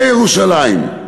זה ירושלים.